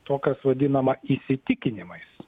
to kas vadinama įsitikinimais